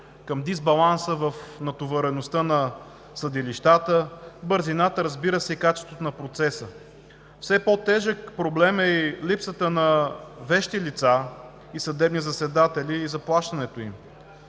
към дисбаланса в натовареността на съдилищата, към бързината, разбира се, и качеството на процеса. Все по-тежък проблем е липсата на вещи лица, съдебни заседатели и заплащането им.